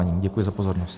Děkuji za pozornost.